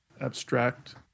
abstract